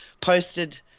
posted